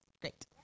Great